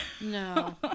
No